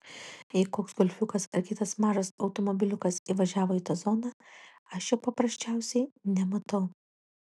jei koks golfiukas ar kitas mažas automobiliukas įvažiavo į tą zoną aš jo paprasčiausiai nematau